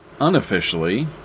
Unofficially